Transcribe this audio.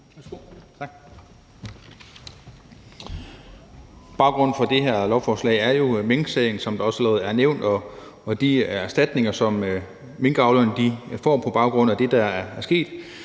Baggrunden for det her lovforslag er jo minksagen, som det også allerede er nævnt, og de erstatninger, som minkavlerne får på baggrund af det, der er sket.